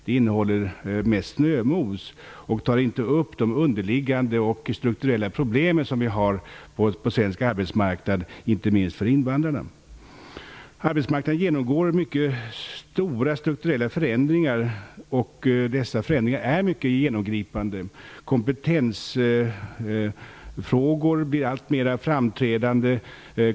Det innehåller mest snömos och tar inte upp de underliggande och strukturella problem som vi har på svensk arbetsmarknad, inte minst för invandrarna. Arbetsmarknaden genomgår mycket stora strukturella förändringar och dessa förändringar är mycket genomgripande. Kompetensfrågor blir alltmer framträdande.